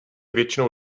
většinou